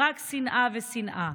רק שנאה ושנאה.